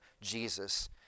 Jesus